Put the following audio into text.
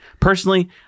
Personally